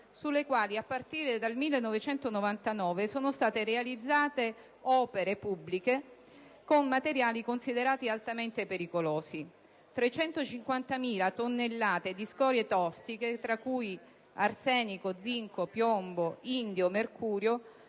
sulle quali, a partire dal 1999, sono state realizzate opere pubbliche con materiali considerati altamente pericolosi; 350.000 tonnellate di scorie tossiche, tra cui arsenico, zinco, piombo, indio e mercurio,